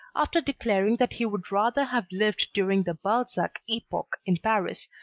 after declaring that he would rather have lived during the balzac epoch in paris,